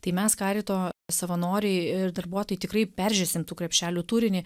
tai mes karito savanoriai ir darbuotojai tikrai peržiūrėsim tų krepšelių turinį